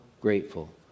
grateful